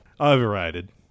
Overrated